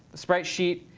a sprite sheet,